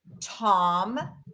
Tom